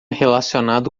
relacionado